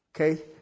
Okay